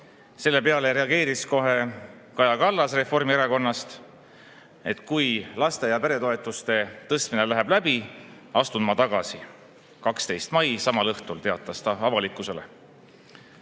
Selle peale reageeris kohe Kaja Kallas Reformierakonnast, et kui laste‑ ja peretoetuste tõstmine läbi läheb, astub ta tagasi. 12. mail, samal õhtul, teatas ta seda avalikkusele.